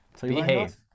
behave